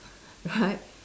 right